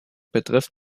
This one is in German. betrifft